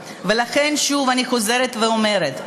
ולכן, שוב, אני חוזרת ואומרת,